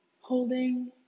holding